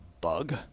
bug